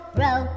row